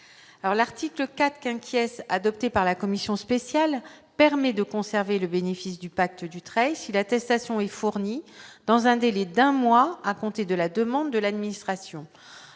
l'article 4 qui a une pièce adopté par la commission spéciale permet de conserver le bénéfice du pacte Dutreil si l'attestation fournit dans un délai d'un mois à compter de la demande de l'administration,